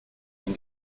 sind